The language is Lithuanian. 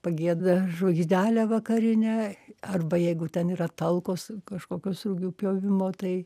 pagieda žvaigždelę vakarinę arba jeigu ten yra talkos kažkokios rugių pjovimo tai